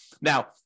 now